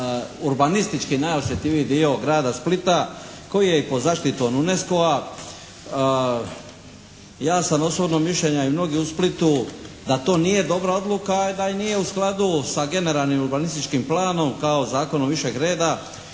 urbanistički najosjetljiviji dio grada Splita koji je i pod zaštitom UNESCO-a. Ja sam osobno mišljenja i mnogi u Splitu, da to nije dobra odluka i da nije u skladu sa generalnim urbanističkim planom kao zakonom višeg reda.